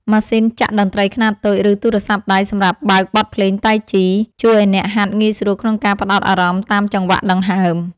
ម៉ាស៊ីនចាក់តន្ត្រីខ្នាតតូច ឬទូរស័ព្ទដៃសម្រាប់បើកបទភ្លេងតៃជី ជួយឱ្យអ្នកហាត់ងាយស្រួលក្នុងការផ្ដោតអារម្មណ៍តាមចង្វាក់ដង្ហើម។